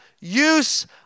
use